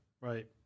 Right